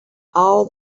all